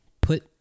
put